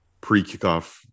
pre-kickoff